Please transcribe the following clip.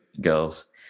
girls